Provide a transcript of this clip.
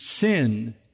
sin